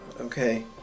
okay